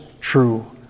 true